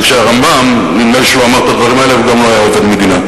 אבל כשהרמב"ם אמר את הדברים האלה נדמה לי שהוא גם לא היה עובד מדינה.